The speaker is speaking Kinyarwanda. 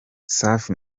safi